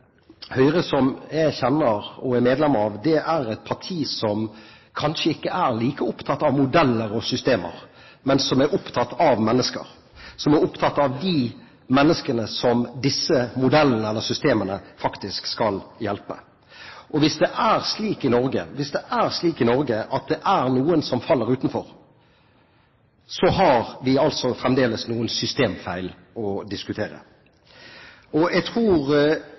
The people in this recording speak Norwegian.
Høyre som jeg kjenner og er medlem av, er et parti som kanskje ikke er like opptatt av modeller og systemer, men som er opptatt av mennesker, som er opptatt av de menneskene som disse modellene eller systemene faktisk skal hjelpe. Hvis det er slik i Norge at det er noen som faller utenfor, har vi altså fremdeles noen systemfeil å diskutere. Og jeg tror